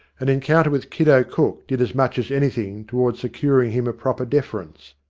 an encounter with kiddo cook did as much as anything toward securing him a proper deference.